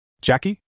Jackie